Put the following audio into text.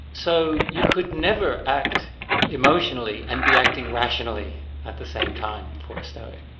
so you could never act emotionally and be acting rationally at the same time for a stoic.